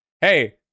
hey